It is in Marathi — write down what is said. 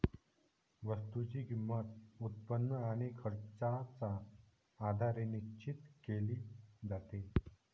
वस्तूची किंमत, उत्पन्न आणि खर्चाच्या आधारे निश्चित केली जाते